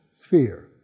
sphere